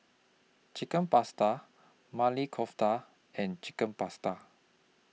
Chicken Pasta Mali Kofta and Chicken Pasta